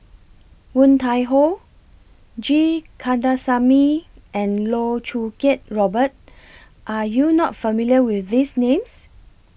Woon Tai Ho G Kandasamy and Loh Choo Kiat Robert Are YOU not familiar with These Names